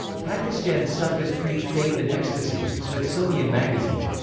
pakistan's sufis preach faith and ecstasy. smithsonian magazine.